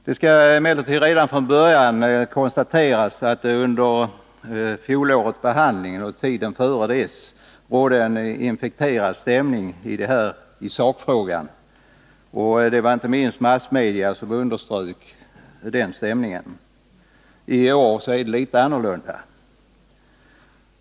Jag skall emellertid redan från början konstatera att det vid fjolårets behandling och under tiden dessförinnan rådde en infekterad stämning i sakfrågan, och det var inte minst massmedia som underströk den stämningen. I år är det litet annorlunda.